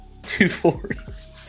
240